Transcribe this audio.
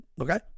Okay